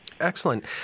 Excellent